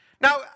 now